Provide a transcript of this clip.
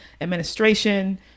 administration